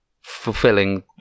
fulfilling